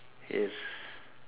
yes